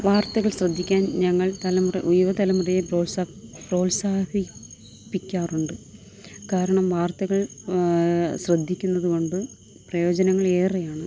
വാര്ത്തകള് ശ്രദ്ധിക്കാന് ഞങ്ങള് തലമുറ യുവതലമുറയെ പ്രോത്സാ പ്രോത്സാഹിപ്പി പ്പിക്കാറുണ്ട് കാരണം വാര്ത്തകള് ശ്രദ്ധിക്കുന്നതു കൊണ്ട് പ്രയോജനങ്ങളേറെയാണ്